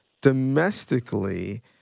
domestically